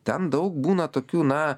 ten daug būna tokių na